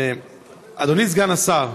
אדוני סגן השר,